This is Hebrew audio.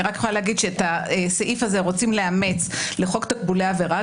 את הסעיף הזה רוצים לאמץ לחוק תקבולי עבירה.